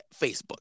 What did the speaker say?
Facebook